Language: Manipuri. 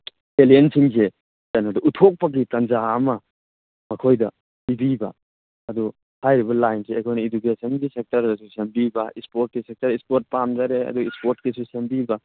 ꯇꯦꯂꯦꯟꯁꯤꯡꯁꯦ ꯎꯠꯊꯣꯛꯄꯒꯤ ꯇꯟꯖꯥ ꯑꯃ ꯃꯈꯣꯏꯗ ꯄꯤꯕꯤꯕ ꯑꯗꯨ ꯍꯥꯏꯔꯤꯕ ꯂꯥꯏꯟꯁꯦ ꯑꯩꯈꯣꯏꯅ ꯑꯦꯗꯨꯀꯦꯁꯟꯒꯤ ꯁꯦꯛꯇꯔꯗꯁꯨ ꯁꯦꯝꯕꯤꯕ ꯁ꯭ꯄꯣꯔꯠꯀꯤ ꯁꯦꯛꯇꯔ ꯁꯄꯣꯔꯠ ꯄꯥꯝꯖꯔꯦ ꯑꯗꯨ ꯁ꯭ꯄꯣꯔꯠꯀꯤꯁꯨ ꯁꯦꯝꯕꯤꯕ